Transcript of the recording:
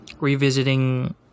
revisiting